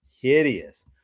hideous